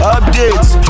Updates